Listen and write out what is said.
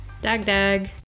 Dag-dag